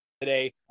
today